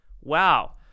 Wow